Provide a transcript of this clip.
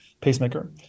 pacemaker